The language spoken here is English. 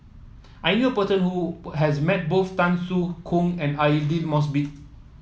I knew a person who has met both Tan Soo Khoon and Aidli Mosbit